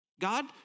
God